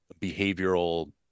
behavioral